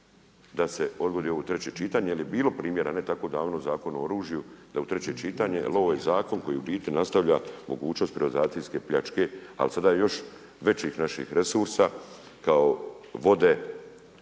da se odgodi u treće čitanje. Jer je bilo primjera ne tako davno u Zakonu o oružju, da u treće čitanje. Jer ovo je zakon koji u biti nastavlja mogućnost privatizacijske pljačke ali sada još većih naših resursa kao vode,